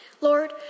Lord